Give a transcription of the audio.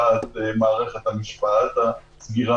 על תקנות של בתי משפט לשעת חירום,